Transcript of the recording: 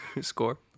score